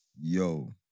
yo